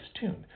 tune